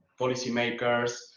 policymakers